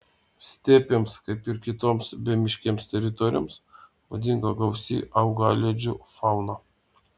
stepėms kaip ir kitoms bemiškėms teritorijoms būdinga gausi augalėdžių fauna